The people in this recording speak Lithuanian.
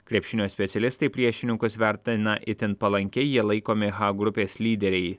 krepšinio specialistai priešininkus vertina itin palankiai jie laikomi h grupės lyderiai